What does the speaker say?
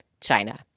China